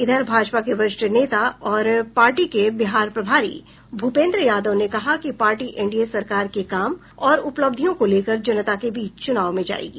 इधर भाजपा के वरिष्ठ नेता और पार्टी के बिहार प्रभारी भूपेन्द्र यादव ने कहा कि पार्टी एनडीए सरकार के काम और उपलब्धियों को लेकर जनता के बीच चुनाव में जायेगी